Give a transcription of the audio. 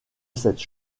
cette